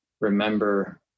remember